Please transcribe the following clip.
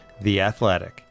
theathletic